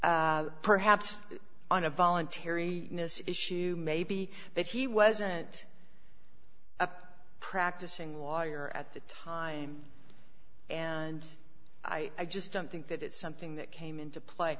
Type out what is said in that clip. perhaps on a voluntary miss issue may be that he wasn't a practicing lawyer at the time and i just don't think that it's something that came into play